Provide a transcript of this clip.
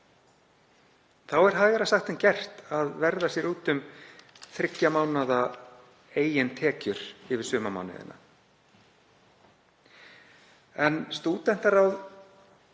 er hægara sagt en gert að verða sér úti um þriggja mánaða eigin tekjur yfir sumarmánuðina. Stúdentaráð